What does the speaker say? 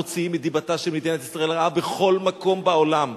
מוציאים את דיבתה של מדינת ישראל רעה בכל מקום בעולם,